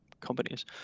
companies